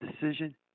decision